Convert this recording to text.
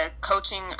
coaching